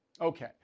Okay